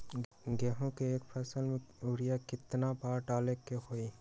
गेंहू के एक फसल में यूरिया केतना बार डाले के होई?